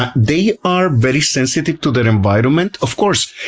ah they are very sensitive to their environment. of course,